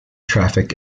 traffic